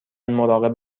مراقب